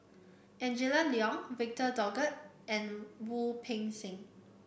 Angela Liong Victor Doggett and Wu Peng Seng